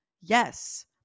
Yes